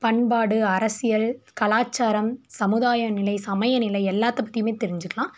பண்பாடு அரசியல் கலாச்சாரம் சமுதாயநிலை சமயநிலை எல்லாத்தப் பற்றியுமே தெரிஞ்சிக்கலாம்